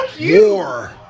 War